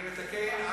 אני מתקן.